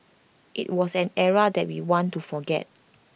IT was an era that we want to forget